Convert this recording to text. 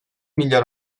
milyar